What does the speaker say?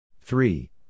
three